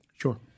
Sure